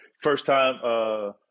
first-time